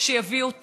שיביאו טוב,